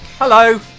Hello